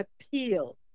appeal